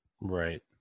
Right